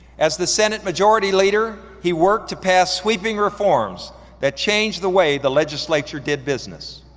as the senate majority leader, he worked to pass sweeping reforms that changed the way the legislature did business.